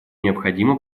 необходимо